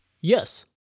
Yes